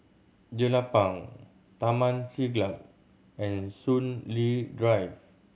Jelapang Taman Siglap and Soon Lee Drive